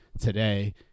today